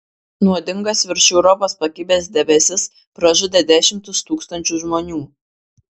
nuodingas virš europos pakibęs debesis pražudė dešimtis tūkstančių žmonių